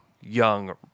young